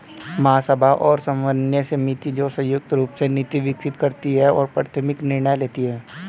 महासभा और समन्वय समिति, जो संयुक्त रूप से नीति विकसित करती है और प्राथमिक निर्णय लेती है